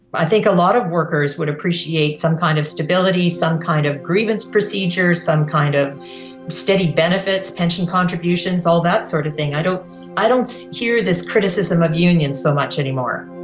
i think a lot of workers would appreciate some kind of stability, some kind of grievance procedure, some kind of steady benefits, pension contributions, all that sort of thing. i don't i don't hear this criticism of unions so much anymore.